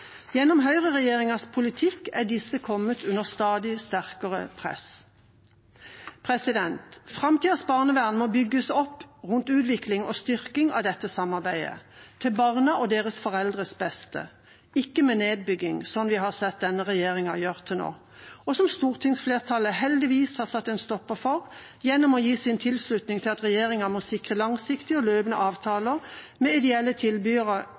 Gjennom høyreregjeringas politikk er disse kommet under stadig sterkere press. Framtidas barnevern må bygges opp rundt utvikling og styrking av dette samarbeidet, til barnas og deres foreldres beste, ikke med nedbygging, slik vi har sett denne regjeringa gjøre til nå, og som stortingsflertallet heldigvis har satt en stopper for gjennom å gi sin tilslutning til at regjeringa må sikre langsiktige og løpende avtaler med ideelle